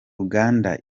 uganda